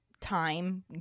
time